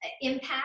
impact